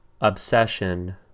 obsession